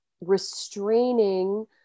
restraining